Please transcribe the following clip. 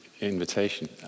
invitation